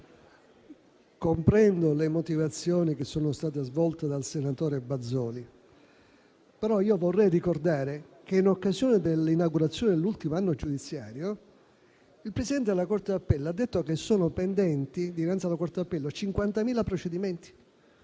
comprendo le motivazioni che sono state svolte dal senatore Bazoli. Tuttavia, vorrei ricordare che, in occasione dell'inaugurazione dell'ultimo anno giudiziario, il presidente della corte d'appello ha detto che sono pendenti dinanzi